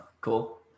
cool